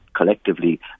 collectively